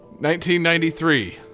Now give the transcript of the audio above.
1993